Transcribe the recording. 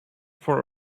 for